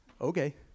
Okay